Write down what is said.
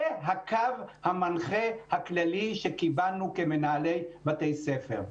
זה הקו המנחה הכללי שקיבלנו כמנהלי בתי ספר.